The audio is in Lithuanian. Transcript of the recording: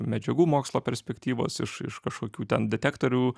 medžiagų mokslo perspektyvos iš iš kažkokių ten detektorių